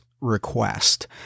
request